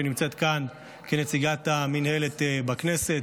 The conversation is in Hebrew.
שנמצאת כאן כנציגת המינהלת בכנסת,